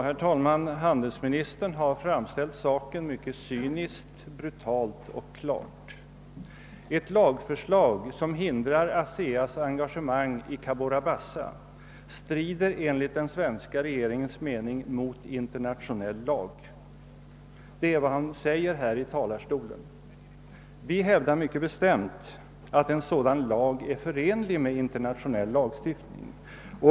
Herr talman! Handelsministern har framställt saken mycket cyniskt, brutalt och klart. Ett lagförslag som hindrar ASEA:s engagemang i Cabora Bassa strider enligt den svenska regeringens mening mot internationell lag. Detta är vad handelsministern säger i talarstolen. Vi hävdar mycket bestämt att en sådan lag är förenlig med internationell lagstiftning.